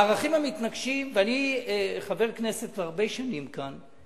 בערכים המתנגשים, אני חבר כנסת כבר הרבה שנים כאן.